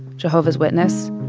jehovah's witness,